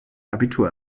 abitur